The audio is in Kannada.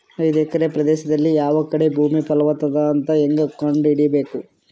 ಐದು ಎಕರೆ ಪ್ರದೇಶದಲ್ಲಿ ಯಾವ ಕಡೆ ಭೂಮಿ ಫಲವತ ಅದ ಅಂತ ಹೇಂಗ ಕಂಡ ಹಿಡಿಯಬೇಕು?